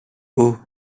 haut